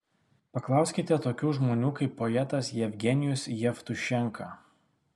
paklauskite tokių žmonių kaip poetas jevgenijus jevtušenka